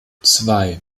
zwei